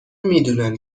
میدونن